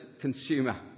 consumer